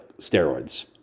steroids